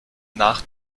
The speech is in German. nach